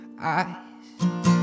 eyes